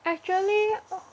actually